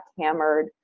hammered